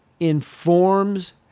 informs